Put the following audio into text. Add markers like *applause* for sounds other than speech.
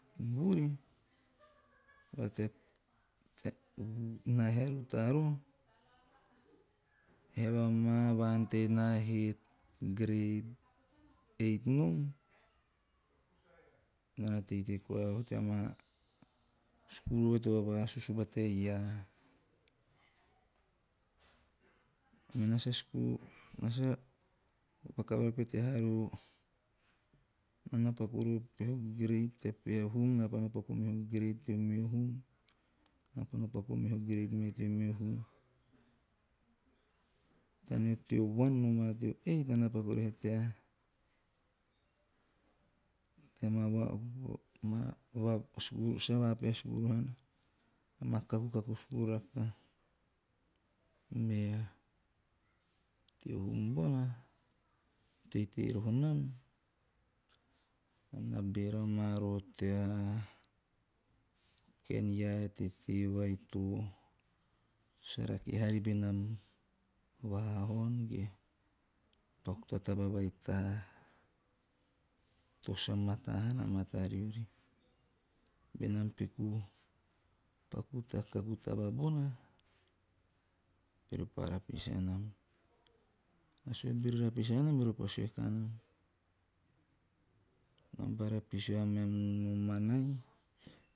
Vuri, tea *hesitation* na he a rutaa roho, hiava maa ante naa he grade eight nom *hesitation* naa na teitei koa tea maa skul vai to vausu bata e iaa. Na sa sku *hesitation* na sa vaka vara pete haa roho. Nao na paku roho peho grade teo meho hum na pa nao paku o meho grade teo meho hum. Taneo teo one nomaa teo eight naa na paku roho eve tea moa va *hesitation* sa peha skuru haana, amaa kakukaku skuruu rakaha. Me teo hum bona, teitei roho ham, na beera maa roho tea kaen iaa ae tetee vai to sa rake haari benam vahahaon e paku ta taba vai ta *hesitation* to sa mataa haana mata riori. Benam paku ta kaku taba bona, ore pa rapis anam. Na sue *unintelligible* beori rapis anam eori pa sue kanam, "enam pa rapis ve ameam nomanai.